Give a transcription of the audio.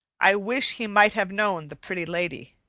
i wish he might have known the pretty lady.